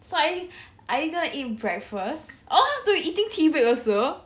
so are you gonna eat breakfast oh so we eating tea break also